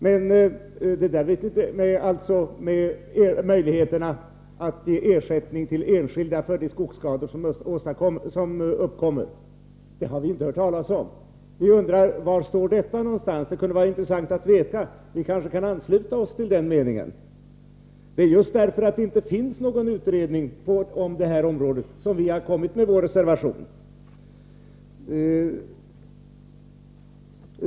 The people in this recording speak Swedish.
Att det skulle finnas möjligheter att ge ersättning till enskilda för de skogsskador som uppkommer har vi inte hört talas om. Vi undrar: Var står detta någonstans? Det kunde vara intressant att veta. Vi kanske kan ansluta oss till den meningen. Det är ju just därför att det inte finns någon utredning på detta område som vi har kommit med vår reservation.